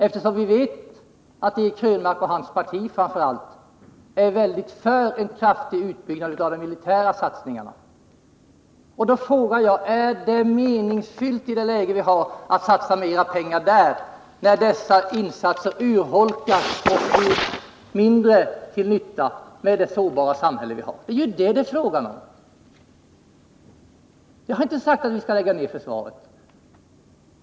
Vi vet ju att framför allt Eric Krönmark men även hans parti i hög grad är för en kraftig utbyggnad när det gäller satsningar på det militära området. Här vill jag fråga: Är det meningsfullt att i nuvarande läge med ett så sårbart samhälle satsa mer pengar där när dessa resurser blir till allt mindre nytta? Det är ju det som frågan handlar om. Jag har inte sagt att vi skall lägga ner försvaret.